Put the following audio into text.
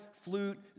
flute